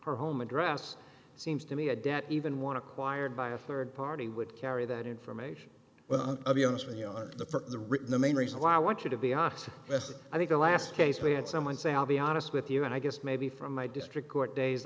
her home address seems to me a debt even want to quired by a third party would carry that information well i'll be honest with you on the for the written the main reason why i want you to be awesome less than i think the last case we had someone say i'll be honest with you and i guess maybe from my district court days